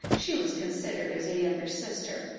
she was considered as a younger sister,